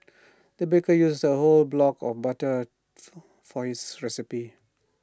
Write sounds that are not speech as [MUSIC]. the baker used A whole block of butter [UNINTELLIGIBLE] for this recipe